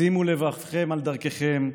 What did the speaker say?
שימו לבבכם על דרכיכם.